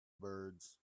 birds